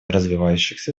развивающихся